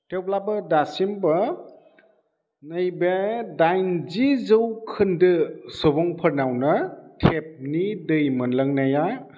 थेवब्लाबो दासिमबो नैबे दाइनजि जौखोन्दो सुबुंफोरनावनो टेप नि दै मोनलोंनाया